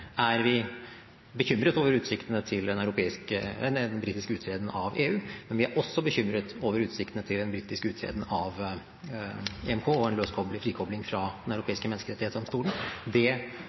er vi bekymret over utsiktene til en britisk uttreden av EU, men vi er også bekymret over utsiktene til en britisk uttreden av EMK og en frikobling fra Den europeiske menneskerettsdomstol. Det